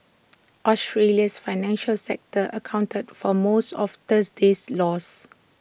Australia's financial sector accounted for most of Thursday's loss